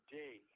day